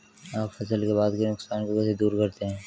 आप फसल के बाद के नुकसान को कैसे दूर करते हैं?